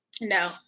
No